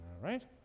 right